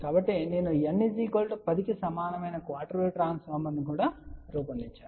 కాబట్టి నేను n10 కు సమానమైన క్వార్టర్ వేవ్ ట్రాన్స్ఫార్మర్ ను కూడా రూపొందించాను